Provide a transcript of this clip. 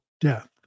death